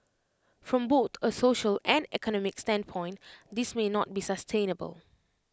from both A social and economic standpoint this may not be sustainable